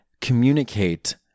communicate